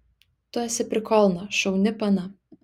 tu esi prikolna šauni pana